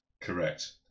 Correct